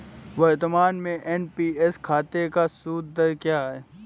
वर्तमान में एन.पी.एस खाते का सूद दर क्या है?